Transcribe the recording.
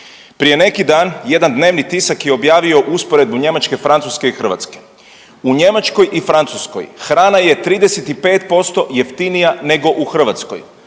Prije neki dan jedan dnevni tisak je objavio usporedbu Njemačke, Francuske i Hrvatske. U Njemačkoj i Francuskoj hrana je 35% jeftinija u Hrvatskoj,